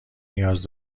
نیاز